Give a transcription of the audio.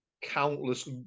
countless